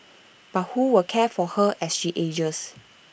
but who will care for her as she ages